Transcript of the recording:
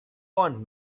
want